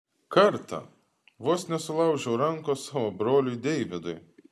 kartą vos nesulaužiau rankos savo broliui deividui